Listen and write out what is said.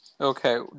Okay